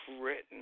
written